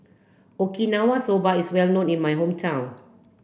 Okinawa Soba is well known in my hometown